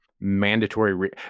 mandatory